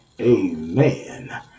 amen